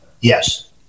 Yes